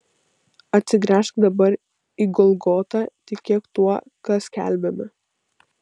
atsigręžk dabar į golgotą tikėk tuo ką skelbiame